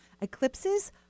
Eclipses